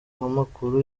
amakuru